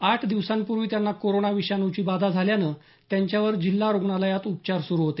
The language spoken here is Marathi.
आठ दिवसांपूर्वी त्यांना कोरोना विषाणूची बाधा झाल्यानं त्यांच्यावर जिल्हा रुग्णालयात उपचार सुरू होते